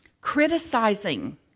Criticizing